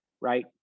right